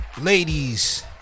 Ladies